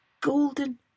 golden